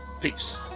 Peace